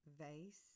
Vase